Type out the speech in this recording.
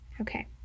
Okay